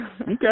Okay